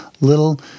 little